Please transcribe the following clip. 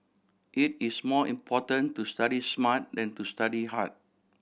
it is more important to study smart than to study hard